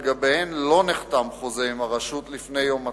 שלגביהם לא נחתם חוזה עם הרשות לפני יום התחילה,